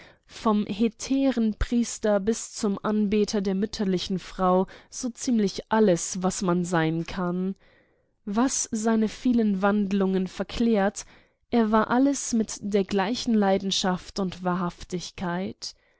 vom hetärenpriester bis zum anbeter der mütterlichen frau so ziemlich alles was man sein kann was seine vielen wandlungen verklärt er war alles mit der gleichen leidenschaft und wahrhaftigkeit